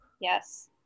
Yes